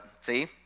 see